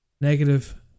negative